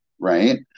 right